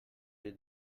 did